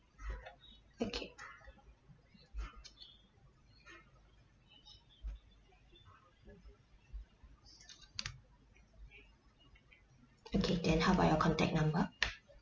okay okay then how about your contact number